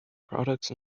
products